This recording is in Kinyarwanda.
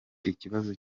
ikibazo